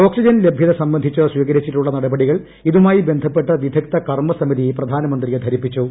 oxygen ലഭൃത സംബന്ധിച്ച് സ്വീകരിച്ചിട്ടുള്ള നടപടികൾ ഇതുമായി ബന്ധപ്പെട്ട വിദഗ്ദ്ധ കർമ്മസമിതി പ്രധാനമന്ത്രിയെ ധരിപ്പിച്ചു